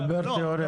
הוא מדבר תיאורטית.